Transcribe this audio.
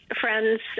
friends